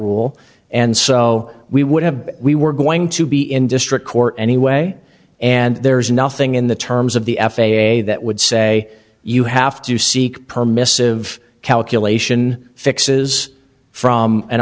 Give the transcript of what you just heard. rule and so we would have we were going to be in district court anyway and there is nothing in the terms of the f a a that would say you have to seek permissive calculation fixes from an